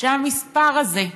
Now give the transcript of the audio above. שהמספר הזה,